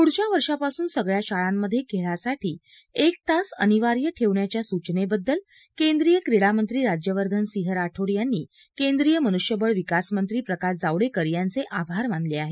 पुढच्या वर्षापासून सगळ्या शाळांमध्ये खेळासाठी एक तास अनिवार्य ठेवण्याच्या सूचनेबद्दल केंद्रीय क्रिडामंत्री राज्यवर्धन सिंह राठोड यांनी केंद्रीय मनुष्यबळविकास मंत्री प्रकाश जावडेकर यांचे आभार मानले आहेत